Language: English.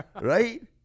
right